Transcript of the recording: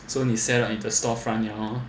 so 你 set up 你的 store front 了 hor